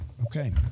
okay